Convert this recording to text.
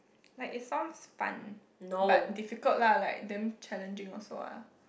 like it sounds fun but difficult lah like damn challenging also ah